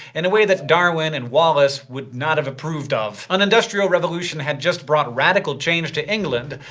in a way that darwin and wallace would not have approved of. an industrial revolution has just brought radical change to england.